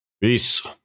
peace